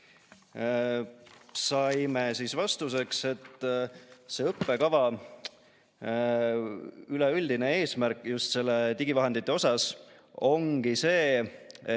saime vastuseks, et selle õppekava üleüldine eesmärk just digivahendite osas ongi see, et